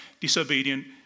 disobedient